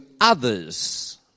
others